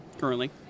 currently